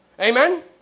Amen